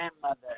grandmother